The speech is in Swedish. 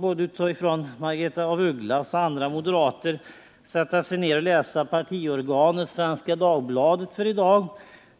både Margaretha af Ugglas och andra moderater sätta sig ner och läsa partiorganet Svenska Dagbladet för i dag.